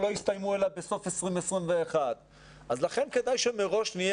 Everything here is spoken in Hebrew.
לא יסתיימו אלא בסוף 2021. לכן כדאי שמראש נהיה